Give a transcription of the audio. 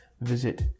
Visit